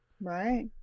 Right